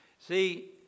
See